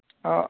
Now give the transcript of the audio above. आं